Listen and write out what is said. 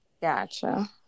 Gotcha